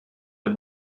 the